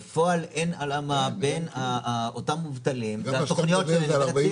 בפועל אין הלימה בין אותם מובטלים והתוכניות שמציעים.